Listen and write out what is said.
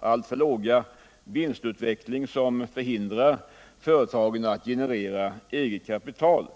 alltför dåliga vinstutveckling som hindrar företagen att generera eget kapital.